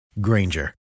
Granger